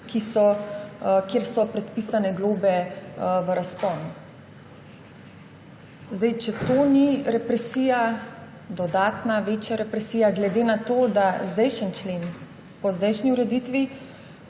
kjer so predpisane globe v razponu. Če to ni represija, dodatna, večja represija glede na to, da zdajšnji člen po zdajšnji ureditvi